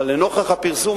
אבל לנוכח הפרסום,